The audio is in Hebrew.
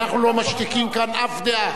אנחנו לא משתיקים כאן אף דעה,